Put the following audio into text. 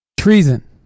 Treason